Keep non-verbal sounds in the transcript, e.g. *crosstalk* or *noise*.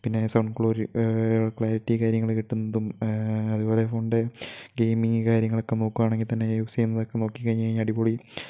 പിന്നെ സൗണ്ട് ക്ലോ ക്ലാരിറ്റി കാര്യങ്ങൾ കിട്ടുന്നതും അതു പോലെ *unintelligible* ഗെയിമിംഗ് കാര്യങ്ങളൊക്കെ നോക്കുകയാണെങ്കിൽ തന്നെ *unintelligible* നോക്കി കഴിഞ്ഞ് കഴിഞ്ഞാല് അടിപൊളി